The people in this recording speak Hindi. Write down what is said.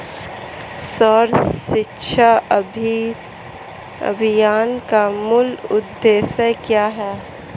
सर्व शिक्षा अभियान का मूल उद्देश्य क्या है?